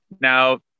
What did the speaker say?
Now